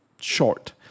short